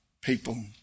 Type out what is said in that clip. people